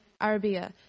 Arabia